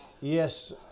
yes